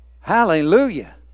Hallelujah